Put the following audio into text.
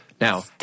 now